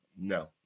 No